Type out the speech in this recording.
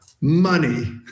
Money